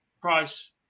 Price